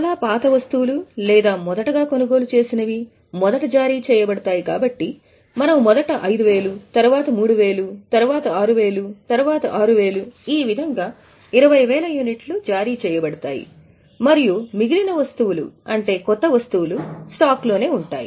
చాలా పాత వస్తువులు లేదా మొదటగా కొనుగోలు చేసినవి మొదట జారీ చేయబడతాయి కాబట్టి మనము మొదట 5000 తరువాత 3000 తరువాత 6000 తరువాత 6000 ఈ విధంగా 20000 యూనిట్లు జారీ చేయబడతాయి మరియు మిగిలిన వస్తువులు అవి కొత్త వస్తువులు అవి స్టాక్లోనే ఉంటాయి